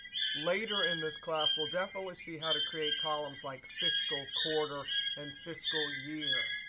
later in this class, we'll definitely see how to create columns like fiscal quarter and fiscal year.